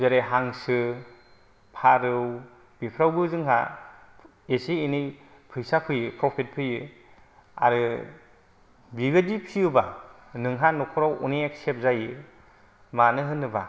जेरै हांसो फारौ बेफोरावबो जोंहा एसे एनै फैसा फैयो प्रफिट फैयो आरो बेबायदि फिसियोब्ला नोंहा न'खराव अनेख सेभ जायो मानो होनोबा